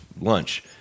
lunch